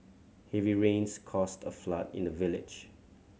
heavy rains caused a flood in the village